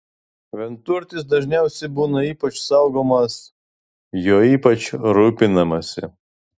vienturtis dažniausiai būna ypač saugomas juo ypač rūpinamasi